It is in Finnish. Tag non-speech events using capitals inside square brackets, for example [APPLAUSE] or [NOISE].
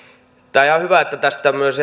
olisi ihan hyvä että myös [UNINTELLIGIBLE]